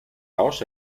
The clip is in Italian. ross